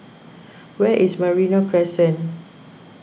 where is Merino Crescent